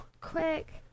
quick